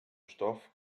stoff